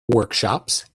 workshops